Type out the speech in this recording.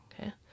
okay